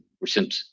recent